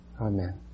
Amen